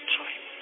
time